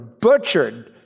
butchered